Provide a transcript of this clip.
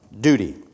duty